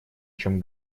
чем